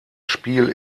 spiel